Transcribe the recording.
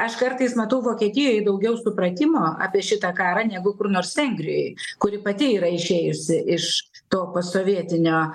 aš kartais matau vokietijoj daugiau supratimo apie šitą karą negu kur nors vengrijoj kuri pati yra išėjusi iš to postsovietinio